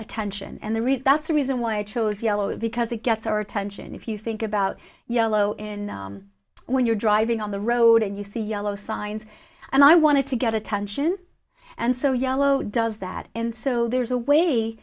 attention and the reason that's the reason why i chose yellow because it gets our attention if you think about yellow in when you're driving on the road and you see yellow signs and i wanted to get attention and so yellow does that and so there's a way